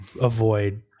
avoid